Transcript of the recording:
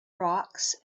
rocks